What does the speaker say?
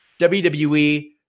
WWE